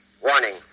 Warning